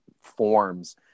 forms